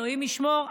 אלוהים ישמור,